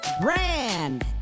Brand